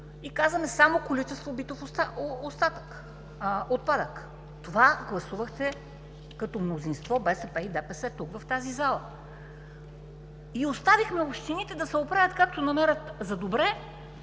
и казваме само „количество битов отпадък“. Това гласувахте като мнозинство – БСП и ДПС, тук, в тази зала. И оставихме общините да се оправят както намерят за добре,